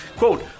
Quote